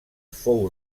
fou